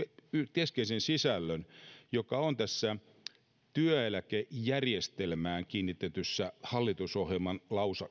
keskeisen sisällön joka on tässä työeläkejärjestelmään kiinnitetyssä hallitusohjelman